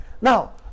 Now